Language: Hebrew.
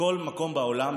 בכל מקום בעולם,